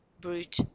Brute